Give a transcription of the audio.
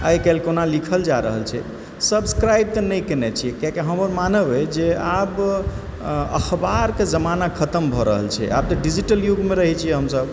आइ काल्हि कोना लिखल जा रहल छै सब्सक्राइब तऽ नहि कयने छी कियाकि हमर मानब अछि जे आब अखबारके जमाना खतम भऽ रहल छै आब तऽ डिजिटल युगमे रहैत छियै हमसभ